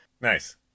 Nice